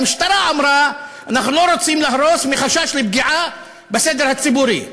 המשטרה אמרה: אנחנו לא רוצים להרוס מחשש לפגיעה בסדר הציבורי.